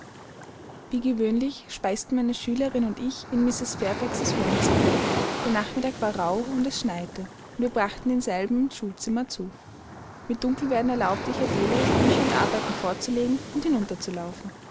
wie gewöhnlich speisten meine schülerin und ich in mrs fairfaxs wohnzimmer der nachmittag war rauh und es schneite und wir brachten denselben im schulzimmer zu mit dunkelwerden erlaubte ich adele bücher und arbeiten fortzulegen und